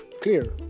clear